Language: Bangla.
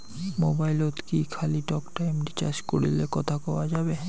মোবাইলত কি খালি টকটাইম রিচার্জ করিলে কথা কয়া যাবে?